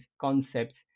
concepts